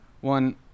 one